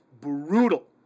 brutal